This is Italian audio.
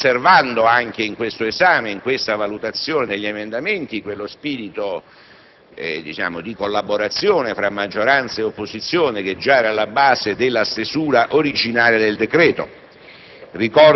conservando anche in questo esame, in questa valutazione, negli emendamenti quello spirito di collaborazione tra maggioranza e opposizione, che già era alla base della stesura originaria del decreto.